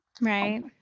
Right